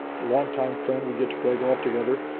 longtime friend. we get to play golf together.